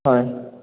হয়